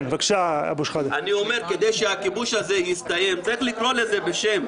אני אומר: כדי שהכיבוש הזה יסתיים צריך לקרוא לזה בשם,